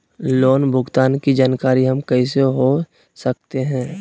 Loan भुगतान की जानकारी हम कैसे हो सकते हैं?